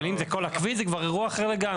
אבל אם זה כל הכביש זה כבר אירוע אחר לגמרי.